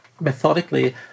methodically